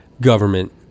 government